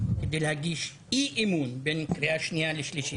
כדי להגיש אי אמון בין קריאה שנייה ושלישית.